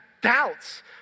doubts